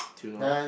till now